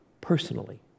personally